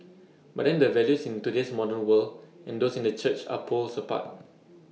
but then the values in today's modern world and those in the church are poles apart